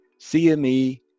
CME